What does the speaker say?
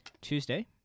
Tuesday